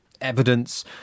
evidence